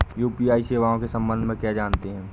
UPI सेवाओं के संबंध में क्या जानते हैं?